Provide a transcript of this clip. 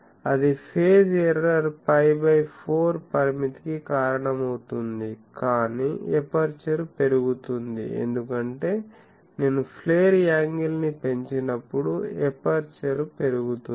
అది phase error π by 4 పరిమితి కి కారణమవుతుంది కానీ ఎపర్చరు పెరుగుతుంది ఎందుకంటే నేను ఫ్లేర్ యాంగిల్ ని పెంచినపుడు ఎపర్చరుపెరుగుతుంది